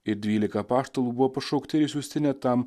ir dvylika apaštalų buvo pašaukti ir išsiųsti ne tam